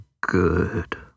good